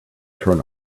turn